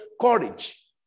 courage